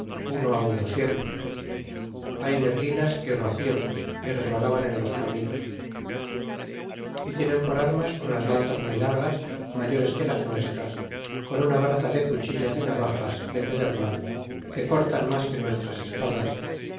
uno uno siempre hay neblinas y rocíos y resvalaban en los caminos y tienen por armas unas lanzas muy largas mayores que las nuesras con una braza de cuchilla de navajas de pedernal que cortan mas que nuestras espadas